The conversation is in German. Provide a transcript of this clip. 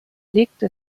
legte